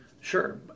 Sure